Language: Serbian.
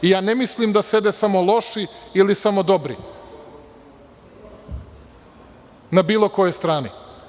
Ne mislim da sede samo loši ili samo dobri na bilo kojoj strani.